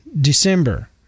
December